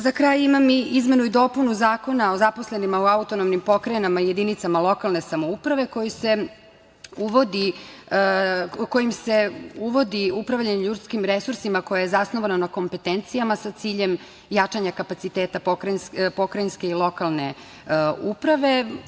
Za kraj imam izmenu i dopunu Zakona o zaposlenima u autonomnim pokrajinama i jedinicama lokalne samouprave, kojim se uvodi upravljanje ljudskim resursima koje je zasnovano na kompetencijama sa ciljem jačanja kapaciteta pokrajinske i lokalne uprave.